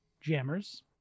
jammers